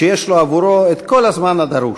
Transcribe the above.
שיש לו עבורו את כל הזמן הדרוש.